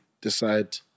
decide